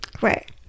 Right